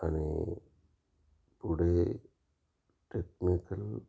आणि पुढे टेक्निकल